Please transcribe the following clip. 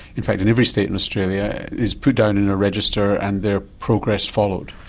in fact in every state in australia, is put down in a register and their progress followed.